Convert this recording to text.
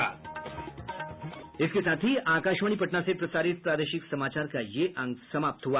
इसके साथ ही आकाशवाणी पटना से प्रसारित प्रादेशिक समाचार का ये अंक समाप्त हुआ